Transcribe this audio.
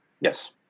Yes